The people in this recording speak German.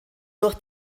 durch